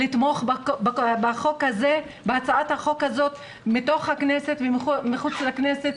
ולתמוך בהצעת החוק הזו מתוך הכנסת ומחוץ לכנסת,